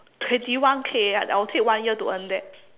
twenty one K I will take one year to earn that